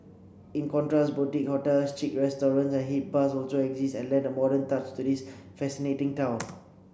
in contrast boutique hotels chic restaurants and hip bars also exist and lend a modern touch to this fascinating town